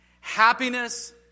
happiness